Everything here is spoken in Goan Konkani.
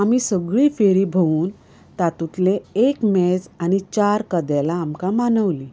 आमी सगळी फेरी भोंवून तातूंतलें एक मेज आनी चार कदेलां आमकां मानवलीं